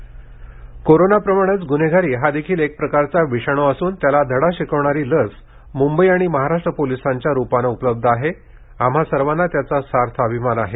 cyber कोरोनाप्रमाणे गुन्हेगारी हा देखील एक प्रकारचा विषाणू असून त्याला धडा शिकवणारी लस मुंबई आणि महाराष्ट्र पोलिसांच्या रुपानं उपलब्ध आहे आम्हा सर्वांना त्याचा सार्थ अभिमान आहे